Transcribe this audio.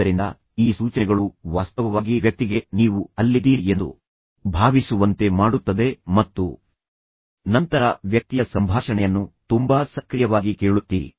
ಆದ್ದರಿಂದ ಈ ಸೂಚನೆಗಳು ವಾಸ್ತವವಾಗಿ ವ್ಯಕ್ತಿಗೆ ನೀವು ಅಲ್ಲಿದ್ದೀರಿ ಎಂದು ಭಾವಿಸುವಂತೆ ಮಾಡುತ್ತದೆ ಮತ್ತು ನಂತರ ವ್ಯಕ್ತಿಯ ಸಂಭಾಷಣೆಯನ್ನು ತುಂಬಾ ಸಕ್ರಿಯವಾಗಿ ಕೇಳುತ್ತೀರಿ